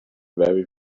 very